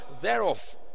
thereof